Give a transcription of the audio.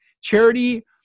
charity